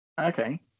Okay